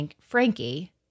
Frankie